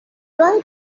راه